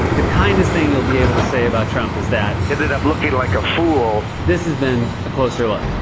the kindest thing you'll be able to say about trump is that. ended up looking like a fool. this has been a closer look.